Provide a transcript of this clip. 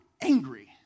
angry